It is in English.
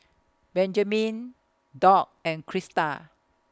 Benjamine Doc and Crysta